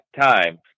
time